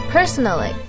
Personally